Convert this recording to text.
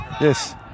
Yes